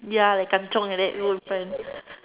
ya like kanchiong like that roll in front